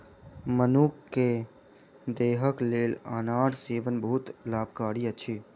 मनुख के देहक लेल अनार सेवन बहुत लाभकारी अछि